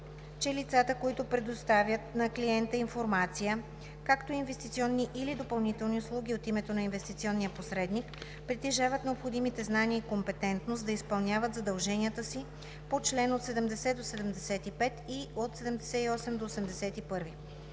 че лицата, които предоставят на клиента информация, както и инвестиционни или допълнителни услуги от името на инвестиционния посредник, притежават необходимите знания и компетентност да изпълняват задълженията си по чл. 70 – 75 и 78 – 81.